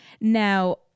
Now